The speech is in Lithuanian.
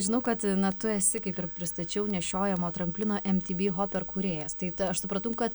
žinau kad na tu esi kaip ir pristačiau nešiojamo tramplino emtyby hoper kūrėjas tait aš supratau kad